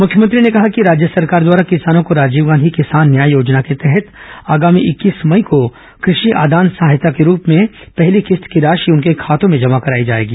मुख्यमंत्री ने कहा कि राज्य सरकार द्वारा किसानों को राजीव गांधी किसान न्याय योजना के तहत आगामी इक्कीस मई को कृषि आदान सहायता के रूप में पहली किस्त की राशि उनके खातों में जमा कराई जाएगी